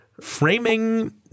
framing